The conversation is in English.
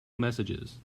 messages